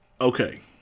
okay